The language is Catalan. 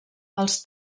els